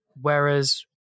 whereas